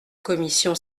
commission